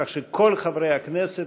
כך שכל חברי הכנסת,